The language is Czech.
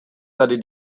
tady